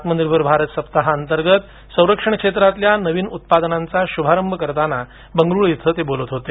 आत्मनिर्भर भारत साप्ताहअंतर्गत संरक्षण क्षेत्रातल्या नवीन उत्पादनांचा शुभारंभ करताना ते बेंगळूरू इथे बोलत होते